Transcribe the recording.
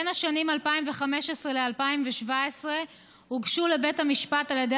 בשנים 2015 2017 הוגשו לבית המשפט על ידי